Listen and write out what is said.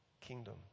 kingdom